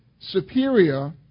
superior